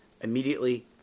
Immediately